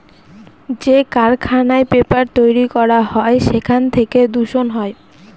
যে কারখানায় পেপার তৈরী করা হয় সেখান থেকে দূষণ হয়